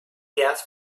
gas